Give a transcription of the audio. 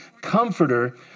comforter